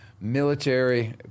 military